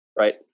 right